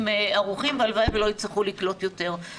ערוכים והלוואי ולא יצטרכו לקלוט יותר,